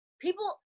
people